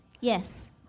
Yes